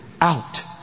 out